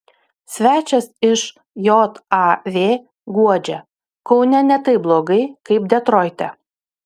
svečias iš jav guodžia kaune ne taip blogai kaip detroite